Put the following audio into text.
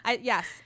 Yes